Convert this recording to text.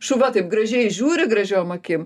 šuva taip gražiai žiūri gražiom akim